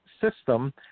system